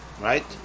Right